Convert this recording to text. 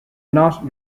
not